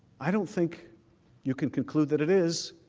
i don't think you can conclude that it is